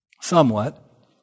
Somewhat